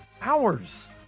hours